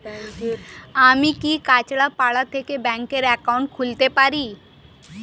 আমি কি কাছরাপাড়া থেকে ব্যাংকের একাউন্ট খুলতে পারি?